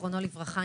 זכרונו לברכה,